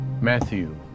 Matthew